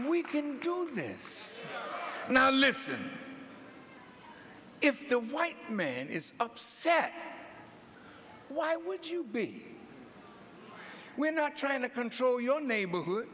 we can do this now listen if the white man is upset why would you be we're not trying to control your neighborhood